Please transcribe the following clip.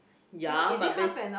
ya but base